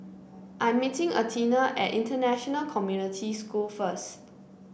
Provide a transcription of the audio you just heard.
I'm meeting Athena at International Community School first